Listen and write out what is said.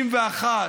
61,